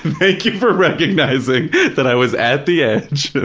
thank you for recognizing that i was at the edge,